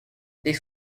this